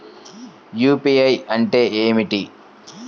UPI అంటే ఏమిటి?